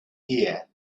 here